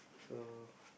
so